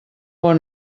bon